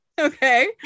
Okay